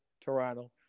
Toronto